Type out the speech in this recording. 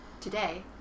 Today